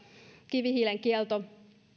kivihiilen kielto